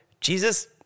Jesus